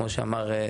כמו שאמר,